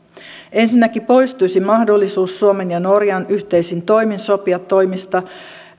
ensinnäkin poistuisi mahdollisuus suomen ja norjan yhteisin toimin sopia toimista